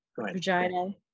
vagina